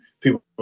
people